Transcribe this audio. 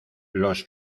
los